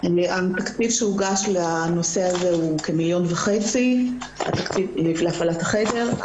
התקציב שהוגש לנושא הזה הוא כ-1.5 מיליון שקלים להפעלת החדר,